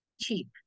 cheap